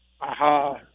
aha